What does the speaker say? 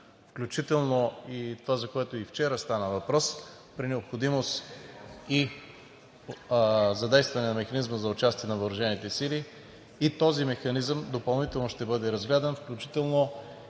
включително и това, за което и вчера стана въпрос – при необходимост и задействане на механизма за участие на въоръжените сили. Този механизъм допълнително ще бъде разгледан, включително